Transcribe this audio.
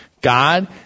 God